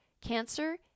Cancer